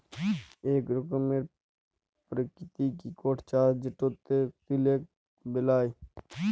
ইক রকমের পারকিতিক ইকট চাষ যেটতে সিলক বেলায়